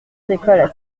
décolle